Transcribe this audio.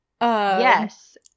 Yes